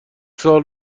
سال